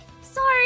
Sorry